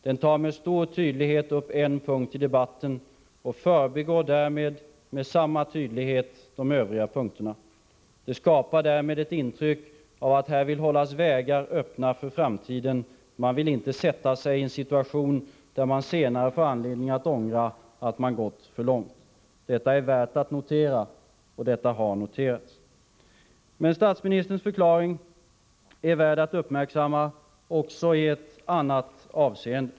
Den tar med stor tydlighet upp en punkt i debatten och förbigår därmed med samma tydlighet de övriga punkterna. Den skapar därmed ett intryck av att man här vill hålla vägar öppna för framtiden; man vill inte försätta sig i en situation där man senare får anledning att ångra att man gått för långt. Detta är värt att notera, och detta har noterats. Men statsministerns förklaring är värd att uppmärksamma också i ett annat avseende.